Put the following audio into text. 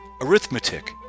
Arithmetic